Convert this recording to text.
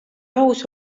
aus